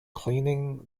cleaning